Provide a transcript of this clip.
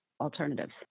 alternatives